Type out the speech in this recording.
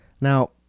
Now